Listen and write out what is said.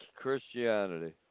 Christianity